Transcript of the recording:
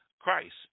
Christ